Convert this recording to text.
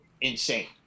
insane